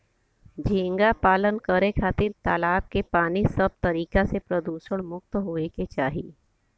झींगा पालन करे खातिर तालाब के पानी सब तरीका से प्रदुषण मुक्त होये के चाही